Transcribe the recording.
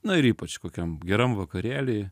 na ir ypač kokiam geram vakarėly